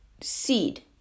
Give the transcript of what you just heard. seed